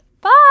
Bye